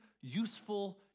useful